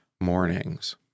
mornings